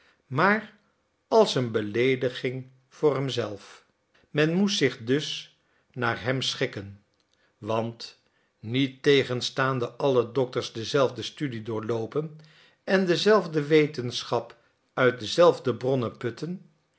maar als een beleediging voor hem zelf men moest zich dus naar hem schikken want niettegenstaande alle dokters dezelfde studie doorloopen en dezelfde wetenschap uit dezelfde bronnen putten